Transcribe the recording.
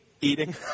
Eating